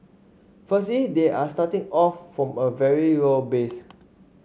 firstly they are starting off from a very low base